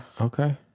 okay